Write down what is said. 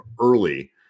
early